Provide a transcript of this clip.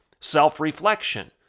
self-reflection